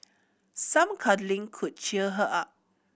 some cuddling could cheer her up